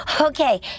Okay